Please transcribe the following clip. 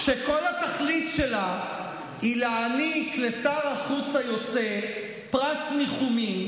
שכל התכלית שלה היא להעניק לשר החוץ היוצא פרס ניחומים